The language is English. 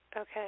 Okay